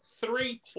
three